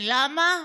ולמה?